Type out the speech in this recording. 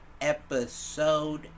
episode